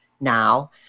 now